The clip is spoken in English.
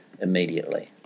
immediately